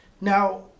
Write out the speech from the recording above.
Now